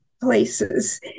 places